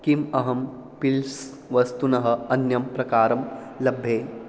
किम् अहं पिल्स् वस्तुनः अन्यं प्रकारं लभे